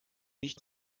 nicht